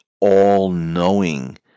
all-knowing